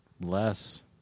Less